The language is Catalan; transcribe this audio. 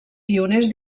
pioners